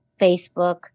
Facebook